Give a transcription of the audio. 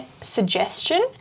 suggestion